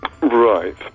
Right